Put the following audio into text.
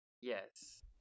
Yes